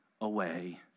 away